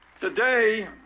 Today